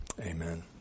Amen